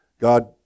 God